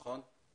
נכון?